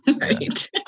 Right